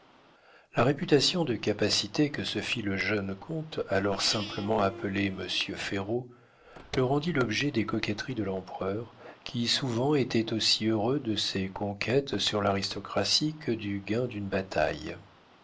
la réputation de capacité que se fit le jeune comte alors simplement appelé monsieur ferraud le rendit l'objet des coquetteries de l'empereur qui souvent était aussi heureux de ses conquêtes sur l'aristocratie que du gain d'une bataille